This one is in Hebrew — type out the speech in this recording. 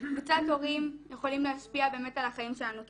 קבוצת הורים יכולים להשפיע באמת על החיים שלנו כמדינה.